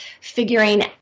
figuring